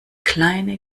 kleine